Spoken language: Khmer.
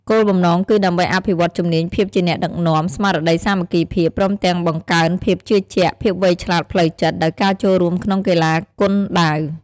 គោលបំណងគឺដើម្បីអភិវឌ្ឍជំនាញភាពជាអ្នកដឹកនាំ ស្មារតីសាមគ្គីភាព ព្រមទាំងបង្កើនភាពជឿជាក់ ភាពវៃឆ្លាតផ្លូវចិត្ត ដោយការចូលរួមក្នុងកីឡាគុនដាវ។